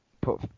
put